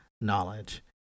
knowledge